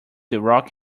rock